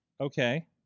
Okay